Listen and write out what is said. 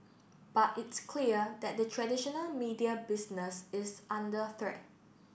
but it's clear that the traditional media business is under threat